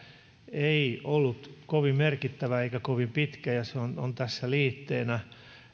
ei ollut kovin merkittävä eikä kovin pitkä ja se on tässä liitteenä